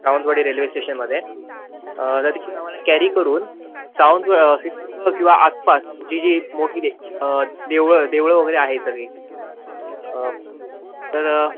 Sawantwadi railway स्टेशनमध्ये तर तिथून आम्हाला कॅरी करून सावंतव सिंधुदुर्ग किंवा आसपास जी जी मोठी देवळं देवळं वगैरे आहे सगळी तर